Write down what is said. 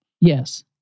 Yes